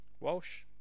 Walsh